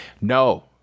No